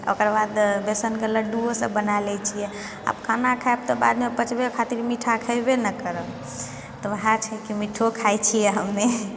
ओकर बाद जे बेसनके लड्डूओ सब बना लै छियै खाना खायके बादमे पचबे खातिर मिठाइ खैबेने करब तऽ वएह छै कि मीठो खाय छियै हमे